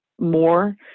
more